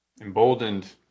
emboldened